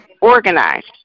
organized